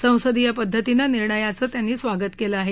संसदीय पद्धतीनं निर्णयाचं त्यांनी स्वागत केलं आहे